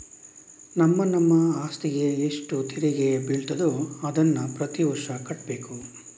ನಮ್ಮ ನಮ್ಮ ಅಸ್ತಿಗೆ ಎಷ್ಟು ತೆರಿಗೆ ಬೀಳ್ತದೋ ಅದನ್ನ ಪ್ರತೀ ವರ್ಷ ಕಟ್ಬೇಕು